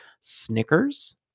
Snickers